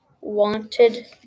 wanted